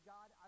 God